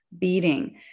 beating